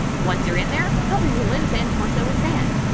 once you're in there, cover your limbs and torso with sand.